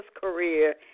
career